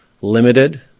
limited